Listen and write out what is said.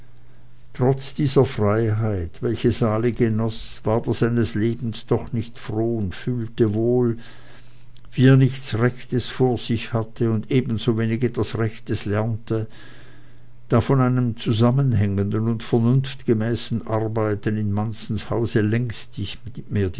trotz dieser freiheit welche sali genoß ward er seines lebens doch nicht froh und fühlte wohl wie er nichts rechtes vor sich hatte und ebensowenig etwas rechtes lernte da von einem zusammenhängenden und vernunftgemäßen arbeiten in manzens hause längst nicht mehr